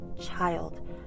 child